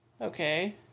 Okay